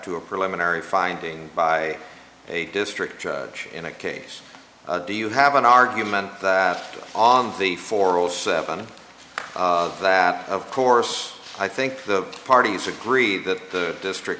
to a preliminary finding by a district judge in a case do you have an argument on the for all seven of that of course i think the parties agree that the district